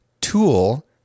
tool